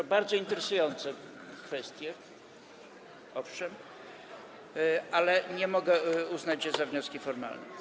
To bardzo interesujące kwestie, owszem, ale nie mogę uznać ich za wnioski formalne.